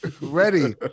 ready